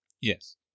Yes